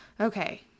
Okay